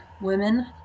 women